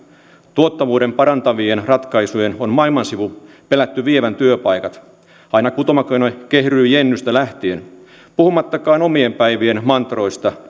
tuottavuutta parantavien ratkaisujen on maailman sivu pelätty vievän työpaikat aina kutomakone kehruu jennystä lähtien puhumattakaan omien päiviemme mantroista